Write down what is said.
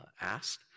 asked